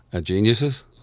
Geniuses